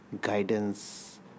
guidance